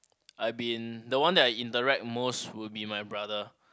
I been the one that I interact most will be my brother